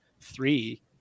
three